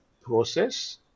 process